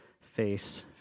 face